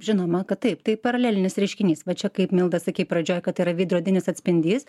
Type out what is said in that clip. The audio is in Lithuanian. žinoma kad taip tai paralelinis reiškinys va čia kaip milda sakei pradžioj kad tai yra veidrodinis atspindys